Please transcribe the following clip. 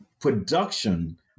production